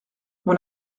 mon